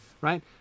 right